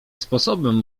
sposobem